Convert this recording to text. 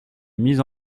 mises